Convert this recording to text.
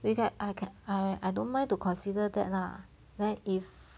we can I can I I don't mind to consider that lah then if